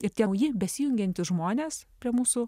ir tie nauji besijungiantys žmonės prie mūsų